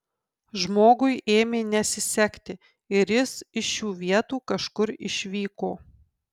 žmogui ėmė nesisekti ir jis iš šių vietų kažkur išvyko